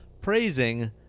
praising